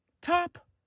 top